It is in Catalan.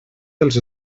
dels